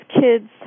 kids